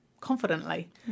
confidently